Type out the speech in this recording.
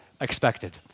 expected